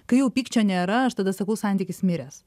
kai jau pykčio nėra aš tada sakau santykis miręs